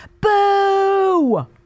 Boo